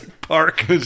Park